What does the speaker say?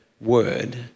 word